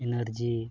energy